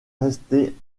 restée